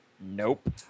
Nope